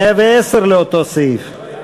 110, לאותו סעיף,